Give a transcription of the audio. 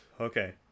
okay